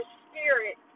spirit